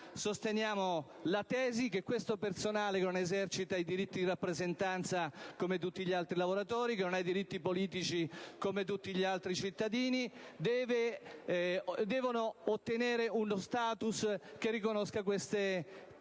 sosteniamo la tesi che questo personale, che non esercita i diritti di rappresentanza come tutti gli altri lavoratori, che non ha i diritti politici come tutti gli altri cittadini, deve ottenere uno *status* che ne riconosca le peculiarità